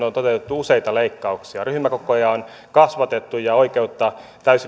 useita leikkauksia ryhmäkokoja on kasvatettu ja oikeutta